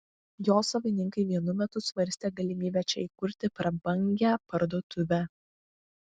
jo savininkai vienu metu svarstė galimybę čia įkurti prabangią parduotuvę